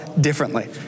differently